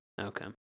Okay